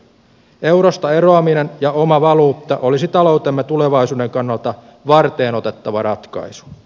eurosta eroaminen ja oma valuutta olisi taloutemme tulevaisuuden kannalta varteenotettava ratkaisu